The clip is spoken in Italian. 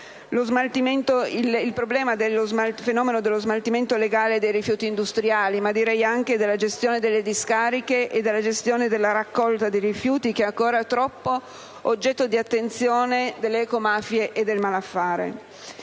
a 27. Il fenomeno dello smaltimento illegale dei rifiuti industriali, ma direi anche della gestione delle discariche e della gestione della raccolta dei rifiuti è ancora troppo oggetto di attenzione delle ecomafie e del malaffare.